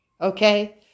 Okay